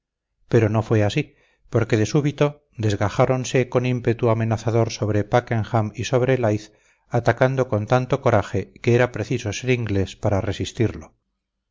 pero no fue así porque de súbito desgajáronse con ímpetu amenazador sobre packenham y sobre leith atacando con tanto coraje que era preciso ser inglés para resistirlo